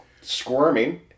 squirming